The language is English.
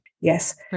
Yes